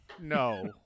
No